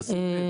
תשים לב.